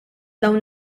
dawn